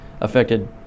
affected